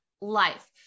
life